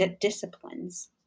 disciplines